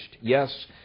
Yes